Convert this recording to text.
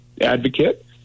advocate